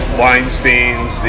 Weinsteins